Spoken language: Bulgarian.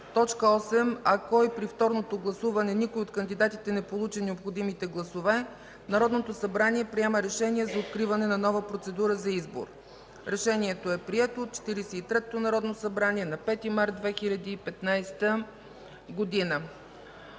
„за”. 8. Ако и при повторното гласуване никой от кандидатите не получи необходимите гласове, Народното събрание приема решение за откриване на нова процедура за избор. Решението е прието от Четиридесет и третото народно събрание на 5 март 2015 г.”